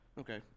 Okay